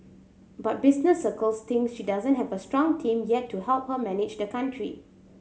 but business circles think she doesn't have a strong team yet to help her manage the country